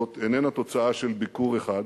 זאת איננה תוצאה של ביקור אחד.